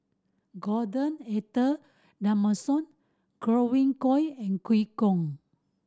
Gordon Arthur Godwin Koay and Eu Kong